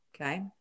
Okay